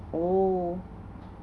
oh